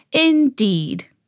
Indeed